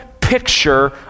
picture